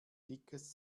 dickes